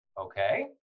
okay